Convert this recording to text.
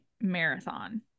marathon